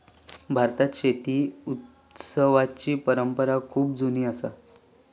भारतात शेती उत्सवाची परंपरा खूप जुनी असा